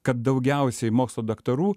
kad daugiausiai mokslo daktarų